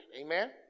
Amen